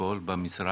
אלכוהול במשרד,